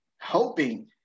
hoping